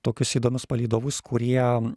tokius įdomius palydovus kurie